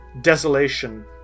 desolation